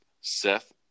Seth